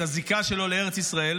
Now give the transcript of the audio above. את הזיקה שלו לארץ ישראל,